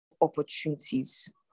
opportunities